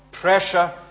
pressure